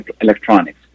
electronics